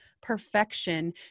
perfection